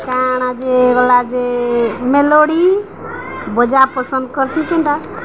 କାଣା ଯେ ଗଲା ଯେ ମେଲୋଡ଼ି ବଜା ପସନ୍ଦ କରସି କିନ୍ତା